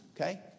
okay